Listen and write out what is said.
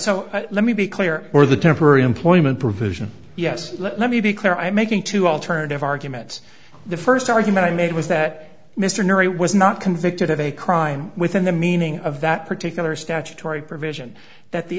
be clear or the temporary employment provision yes let me be clear i'm making two alternative arguments the first argument i made was that mr noory was not convicted of a crime within the meaning of that particular statutory provision that the